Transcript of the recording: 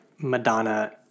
Madonna